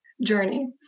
journey